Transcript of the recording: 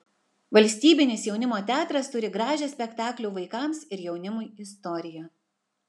valstybinis jaunimo teatras turi gražią spektaklių vaikams ir jaunimui istoriją